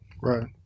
Right